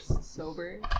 sober